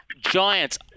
Giants